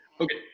Okay